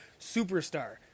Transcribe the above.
superstar